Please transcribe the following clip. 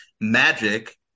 Magic